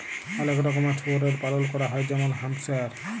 অলেক রকমের শুয়রের পালল ক্যরা হ্যয় যেমল হ্যাম্পশায়ার